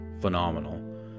phenomenal